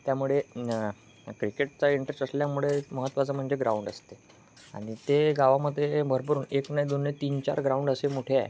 त्यामुळे क्रिकेटचा इंटरेस्ट असल्यामुळे महत्वाचं म्हणजे ग्राउंड असते आणि ते गावामध्ये भरपूर एक नाही दोन नाही तीन चार ग्राउंड असे मोठे आहे